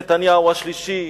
נתניהו השלישי,